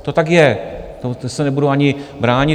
To tak je, to se nebudu ani bránit.